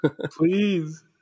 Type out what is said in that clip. please